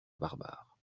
barbare